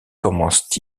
commence